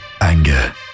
Anger